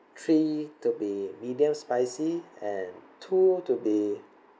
three to be medium spicy and two to be